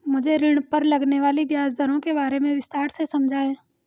मुझे ऋण पर लगने वाली ब्याज दरों के बारे में विस्तार से समझाएं